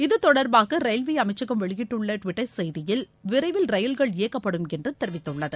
இது தொடர்பாக ரயில்வே அமைச்சகம் வெளியிட்டுள்ள டுவிட்டர் செய்தியில் விரைவில் ரயில்கள் இயக்கப்படும் என்று தெரிவித்துள்ளது